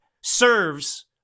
serves